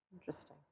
Interesting